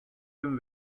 him